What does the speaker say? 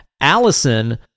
Allison